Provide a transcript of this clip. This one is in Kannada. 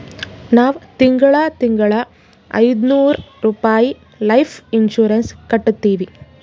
ನಾವ್ ತಿಂಗಳಾ ತಿಂಗಳಾ ಐಯ್ದನೂರ್ ರುಪಾಯಿ ಲೈಫ್ ಇನ್ಸೂರೆನ್ಸ್ ಕಟ್ಟತ್ತಿವಿ